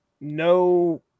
no